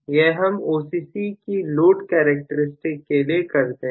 यह हम OCC कि लोड कैरेक्टर स्टिक्स के लिए करते हैं